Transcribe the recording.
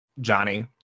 Johnny